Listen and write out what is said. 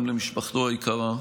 גם למשפחתו היקרה,